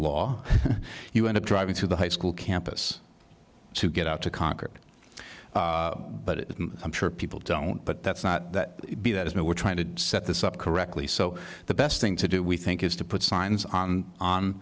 law you end up driving to the high school campus to get out to concord but i'm sure people don't but that's not that be that is now we're trying to set this up correctly so the best thing to do we think is to put signs on